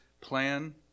plan